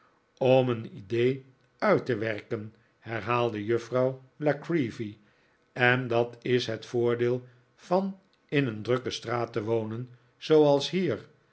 om een idee uit te werken herhaalde juffrouw la creevy en dat is het voordeel van in een drukke straat te wonen zooals hier